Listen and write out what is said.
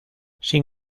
sin